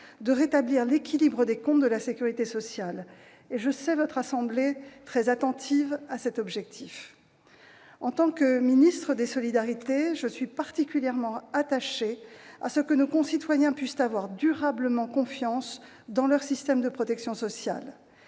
de rétablir l'équilibre des comptes de la sécurité sociale. Je sais votre assemblée très attentive à cet objectif. En tant que ministre des solidarités, je suis particulièrement attachée à ce que nos concitoyens puissent avoir durablement confiance dans leur système de protection sociale.